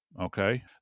okay